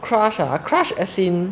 crush ah crash as in